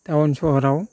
town सहराव